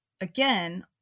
Again